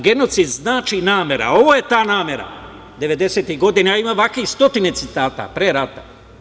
Genocid znači namera, ovo je ta namera 90-ih godina, a ima ovakvih stotine citata pre rata.